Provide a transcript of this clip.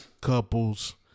couples